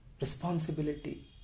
responsibility